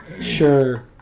Sure